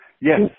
Yes